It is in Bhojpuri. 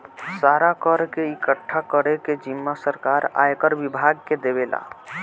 सारा कर के इकठ्ठा करे के जिम्मा सरकार आयकर विभाग के देवेला